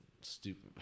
stupid